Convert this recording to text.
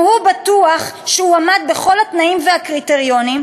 גם הוא בטוח שעמד בכל התנאים והקריטריונים,